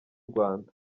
rwanda